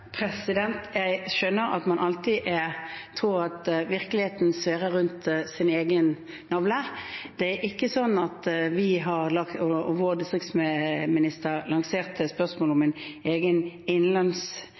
Jeg skjønner at man alltid tror at virkeligheten svirrer rundt sin egen navle. Det er ikke sånn at vi, og vår distriktsminister, lanserte spørsmålet om en egen innlandsstrategi og